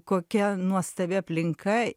kokia nuostabi aplinka